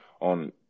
on